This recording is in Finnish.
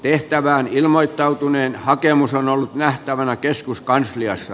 tehtävään ilmoittautuneen hakemus on ollut nähtävänä keskuskansliassa